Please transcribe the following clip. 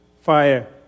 Fire